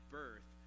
birth